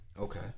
Okay